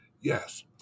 yes